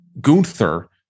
Gunther